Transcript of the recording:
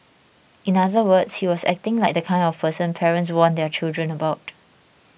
in other words he was acting like the kind of person parents warn their children about